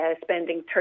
spending